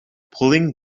pulling